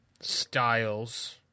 Styles